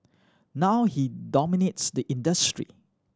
now he dominates the industry